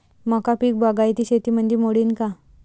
मका पीक बागायती शेतीमंदी मोडीन का?